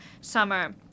summer